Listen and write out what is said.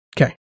Okay